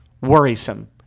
worrisome